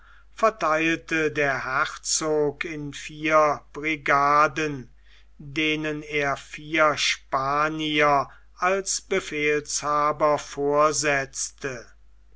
vertheilte der herzog in vier brigaden denen er vier spanier als befehlshaber vorsetzte